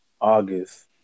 August